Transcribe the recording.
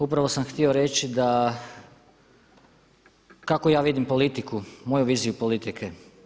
Upravo sam htio reći da kako ja vidim politiku, moju viziju politike.